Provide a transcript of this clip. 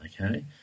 Okay